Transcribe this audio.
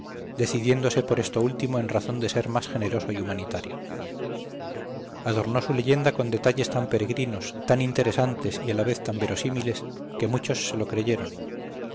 decidiéndose por esto último en razón de ser más generoso y humanitario adornó su leyenda con detalles tan peregrinos tan interesantes y a la vez tan verosímiles que muchos se lo creyeron